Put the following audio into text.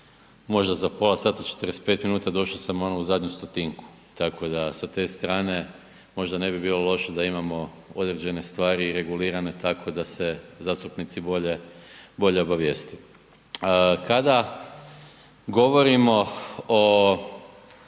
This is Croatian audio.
možda za pola sata, 45 minuta došao sam ono u zadnju stotinku. Tako da sa te strane možda ne bi bilo loše da imamo određene stvari regulirane tako da se zastupnici bolje obavijeste. Kada govorimo o